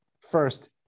first